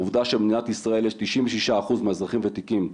העובדה שמדינת ישראל יש 96 אחוז מהאזרחים וותיקים,